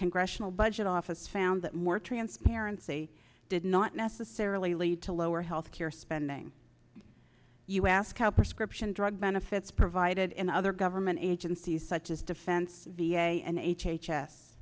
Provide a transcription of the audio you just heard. congressional budget office found that more transparency did not necessarily lead to lower health care spending you ask how prescription drug benefits provided in other government agencies such as defense v a and h h s